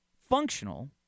functional